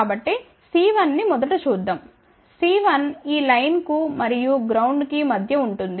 కాబట్టిC1 ని మొదటచూద్దాం C1 ఈ లైన్ కు మరియు గ్రౌండ్కి మధ్య ఉంటుంది